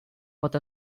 pot